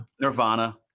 Nirvana